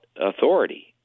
authority